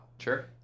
Sure